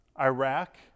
Iraq